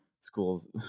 schools